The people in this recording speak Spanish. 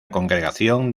congregación